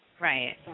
Right